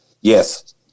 Yes